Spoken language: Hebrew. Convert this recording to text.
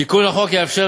תיקון החוק יאפשר,